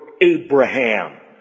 Abraham